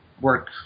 work